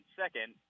second